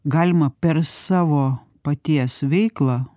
galima per savo paties veiklą